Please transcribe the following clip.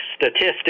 statistics